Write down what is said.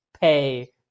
pay